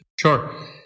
Sure